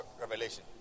Revelation